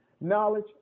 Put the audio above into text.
knowledge